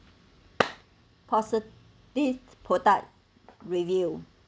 positive product review